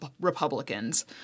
Republicans